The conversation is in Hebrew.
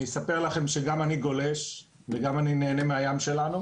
אני אספר לכם שגם אני גולש וגם אני נהנה מהים שלנו,